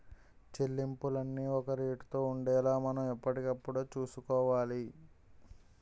చెల్లింపులన్నీ ఒక రేటులో ఉండేలా మనం ఎప్పటికప్పుడు చూసుకోవాలి